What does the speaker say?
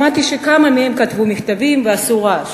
שמעתי שכמה מהם כתבו מכתבים ועשו רעש.